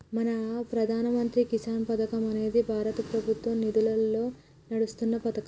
మన ప్రధాన మంత్రి కిసాన్ పథకం అనేది భారత ప్రభుత్వ నిధులతో నడుస్తున్న పతకం